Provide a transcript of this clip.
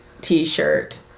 t-shirt